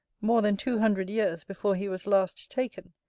more than two hundred years before he was last taken,